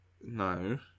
No